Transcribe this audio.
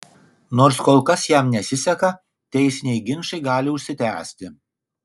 nors kol kas jam nesiseka teisiniai ginčai gali užsitęsti